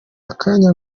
akanya